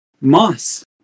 Moss